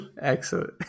Excellent